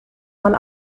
man